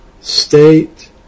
state